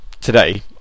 today